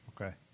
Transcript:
Okay